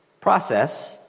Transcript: Process